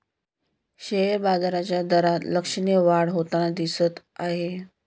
share बाजाराच्या दरात लक्षणीय वाढ होताना दिसत आहे